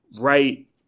right